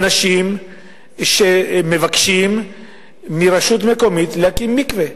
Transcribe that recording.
מאנשים שמבקשים מרשות מקומית להקים מקווה.